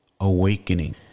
awakening